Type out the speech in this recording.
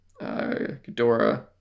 Ghidorah